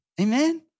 Amen